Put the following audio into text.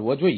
નહીં